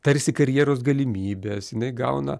tarsi karjeros galimybes jinai gauna